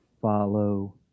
follow